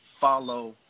follow